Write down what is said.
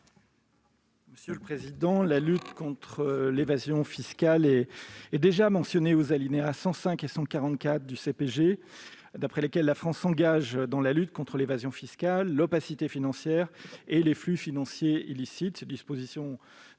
commission ? La lutte contre l'évasion fiscale est mentionnée aux alinéas 105 et 144 du CPG, aux termes desquels la France s'engage dans la lutte contre l'évasion fiscale, l'opacité financière et les flux financiers illicites.